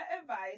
advice